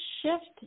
shift